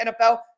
NFL